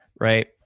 right